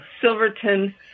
Silverton